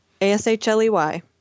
A-S-H-L-E-Y